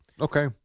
Okay